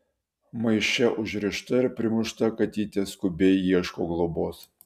maiše užrišta ir primušta katytė skubiai ieško globos